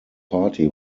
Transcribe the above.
party